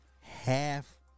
Half